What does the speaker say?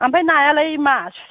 आमफाय नायालाय मा